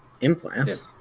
Implants